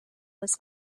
was